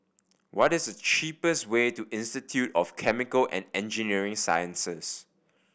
what is the cheapest way to Institute of Chemical and Engineering Sciences